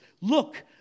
Look